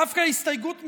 דווקא הסתייגות מס'